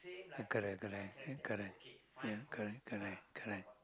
correct correct correct ya correct correct correct